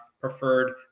Preferred